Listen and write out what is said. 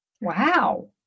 Wow